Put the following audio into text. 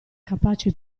capace